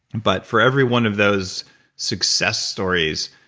but for every one of those success stories,